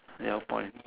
yellow point